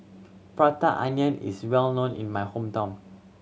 Prata Onion is well known in my hometown